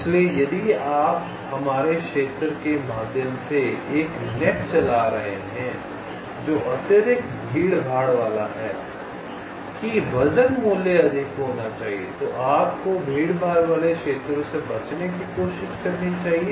इसलिए यदि आप हमारे क्षेत्र के माध्यम से एक नेट चला रहे हैं जो अत्यधिक भीड़भाड़ वाला है कि वजन मूल्य अधिक होना चाहिए तो आपको भीड़भाड़ वाले क्षेत्रों से बचने की कोशिश करनी चाहिए